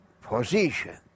position